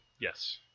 Yes